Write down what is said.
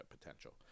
potential